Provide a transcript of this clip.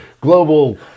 global